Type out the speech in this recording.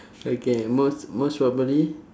okay most most probably